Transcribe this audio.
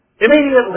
immediately